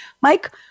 Mike